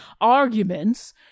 arguments